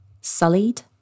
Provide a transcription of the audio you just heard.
sullied